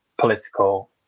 political